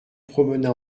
promena